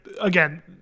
again